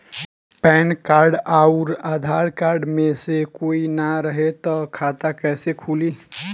Pan card आउर Aadhaar card मे से कोई ना रहे त खाता कैसे खुली?